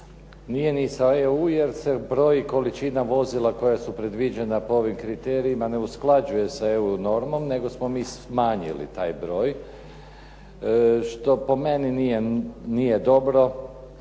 Nije ni sa EU jer se broji količina vozila koja su predviđena po ovim kriterijima ne usklađuje sa EU normom, nego smo mi smanjili taj broj što po meni nije dobro,